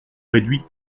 réduit